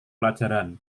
pelajaran